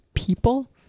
People